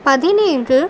பதினேழு